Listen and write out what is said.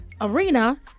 arena